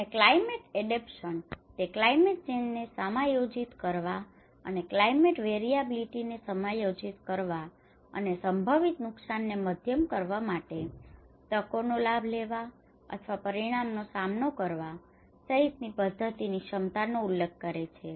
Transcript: અને climate adaptation તે climate change ને સમાયોજિત કરવા અને ક્લાયમેટ વેરિયાબીલિટી ને સમાયોજિત કરવા અને સંભવિત નુકસાનને મધ્યમ કરવા માટે તકોનો લાભ લેવા અથવા પરિણામનો સામનો કરવા સહિતની પદ્ધતિ ની ક્ષમતાઓનો ઉલ્લેખ કરે છે